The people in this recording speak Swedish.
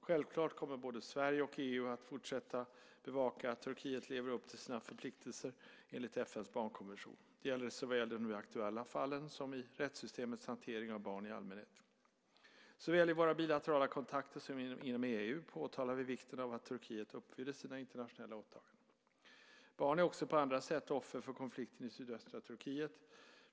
Självklart kommer både Sverige och EU att fortsätta bevaka att Turkiet lever upp till sina förpliktelser enligt FN:s barnkonvention. Det gäller i såväl de nu aktuella fallen, som i rättssystemets hantering av barn i allmänhet. Såväl i våra bilaterala kontakter som inom EU framhåller vi vikten av att Turkiet uppfyller sina internationella åtaganden. Barn är också på andra sätt offer för konflikten i sydöstra Turkiet.